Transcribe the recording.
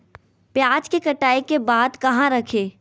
प्याज के कटाई के बाद कहा रखें?